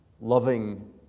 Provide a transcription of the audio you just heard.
loving